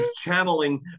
channeling